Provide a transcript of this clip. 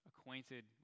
acquainted